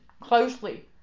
closely